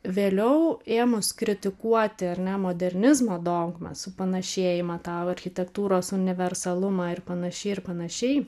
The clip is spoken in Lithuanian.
vėliau ėmus kritikuoti ar ne modernizmo dogmas supanašėjimą tą architektūros universalumą ir panašiai ir panašiai